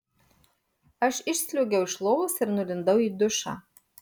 aš išsliuogiau iš lovos ir nulindau į dušą